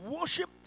worshipped